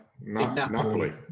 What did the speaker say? Napoli